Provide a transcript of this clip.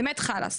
באמת חאלס.